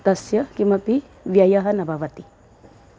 तस्य किमपि व्ययः न भवति